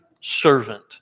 servant